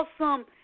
awesome